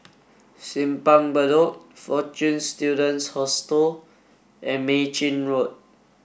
Simpang Bedok Fortune Students Hostel and Mei Chin Road